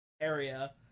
area